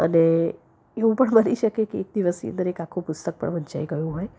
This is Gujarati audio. અને એવું પણ બની શકે કે એક દિવસની અંદર એક આખુ પુસ્તક પણ વંચાઈ ગયું હોય